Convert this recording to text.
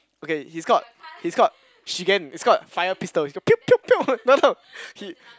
okay he's called he's called she can it's called a fire pistol !pew pew pew! no no he